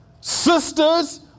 sisters